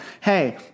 hey